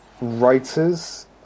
writers